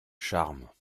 charmes